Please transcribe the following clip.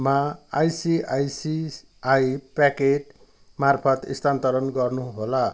मा I C I C I pocket मार्फत स्थान्तरण गर्नु होला